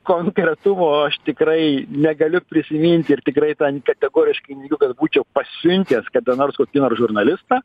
konkretumo aš tikrai negaliu prisiminti ir tikrai tą kategoriškai neigiu kad būčiau pasiuntęs kada nors kokį nors žurnalistą